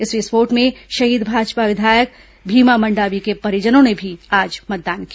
इस विस्फोट में शहीद भाजपा विधायक भीमा मंडावी के परिजनों ने भी आज मतदान किया